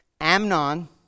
Amnon